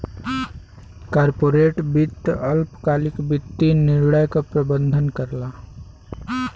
corporate वित्त अल्पकालिक वित्तीय निर्णय क प्रबंधन करला